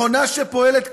מכונה שפועלת,